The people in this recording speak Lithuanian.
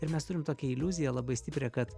ir mes turim tokią iliuziją labai stiprią kad